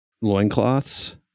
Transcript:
loincloths